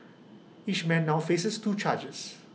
each man now faces two charges